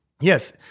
yes